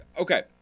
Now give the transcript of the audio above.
okay